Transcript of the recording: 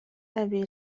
أبي